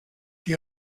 die